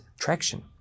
traction